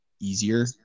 easier